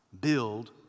build